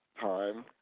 time